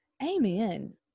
Amen